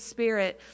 Spirit